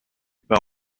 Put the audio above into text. part